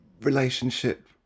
relationship